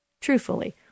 truthfully